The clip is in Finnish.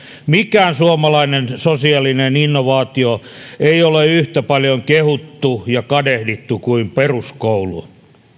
mikään suomalainen sosiaalinen innovaatio ei ole yhtä paljon kehuttu ja kadehdittu kuin peruskoulu